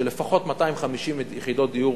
שלפחות 250 יחידות דיור